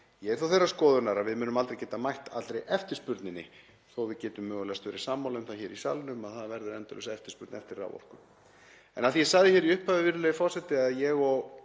Ég er þó þeirrar skoðunar að við munum aldrei geta mætt allri eftirspurninni þótt við getum mögulega verið sammála um það hér í salnum að það verður endalaus eftirspurn eftir raforku. En af því að ég sagði hér í upphafi, virðulegur forseti, að ég og